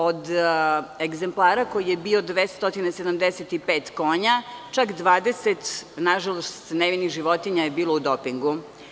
Od Egzemplara, koji je bio 275 konja, čak 20 nevinih životinja je bilo u dopingu.